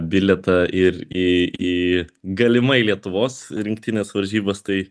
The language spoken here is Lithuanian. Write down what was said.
bilietą ir į į galimai lietuvos rinktinės varžybas tai